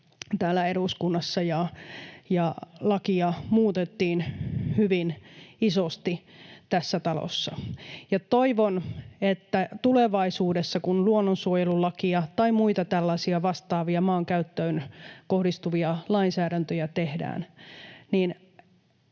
täällä eduskunnassa ja lakia muutettiin hyvin isosti tässä talossa. Ja toivon, että tulevaisuudessa, kun luonnonsuojelulakia tai muita tällaisia vastaavia maankäyttöön kohdistuvia lainsäädäntöjä tehdään,